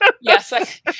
Yes